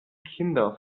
kinder